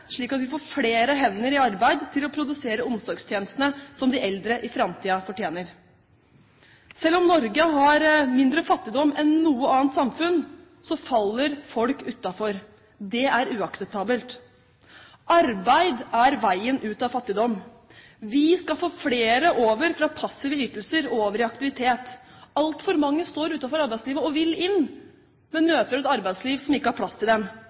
slik at vi får flere hender i arbeid til å produsere omsorgstjenestene som de eldre i framtiden fortjener. Selv om Norge har mindre fattigdom enn noe annet samfunn, faller folk utenfor. Det er uakseptabelt. Arbeid er veien ut av fattigdom. Vi skal få flere over fra passive ytelser over i aktivitet. Altfor mange står utenfor arbeidslivet og vil inn, men møter et arbeidsliv som ikke har plass til